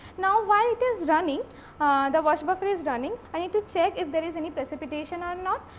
now, while it is running the wash buffer is running, i need to check if there is any precipitation or not.